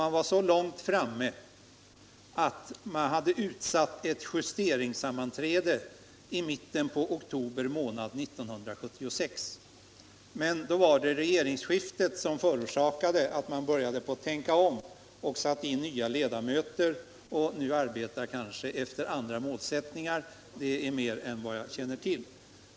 Man var så långt framme att man hade utsatt ett justeringssammanträde till mitten av oktober det året. Men så kom då regeringsskiftet, och man fick tänka om. Det sattes in nya ledamöter, och arbetet fortsatte kanske efter andra målsättningar — det är mer än jag känner till.